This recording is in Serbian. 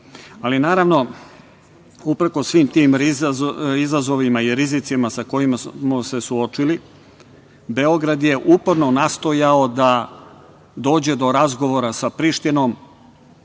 Prištine. Uprkos svim tim izazovima i rizicima sa kojima smo se suočili, Beograd je uporno nastoja da dođe do razgovora sa Prištinom